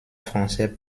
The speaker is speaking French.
français